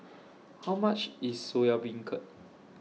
How much IS Soya Beancurd